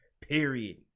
period